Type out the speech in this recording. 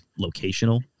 locational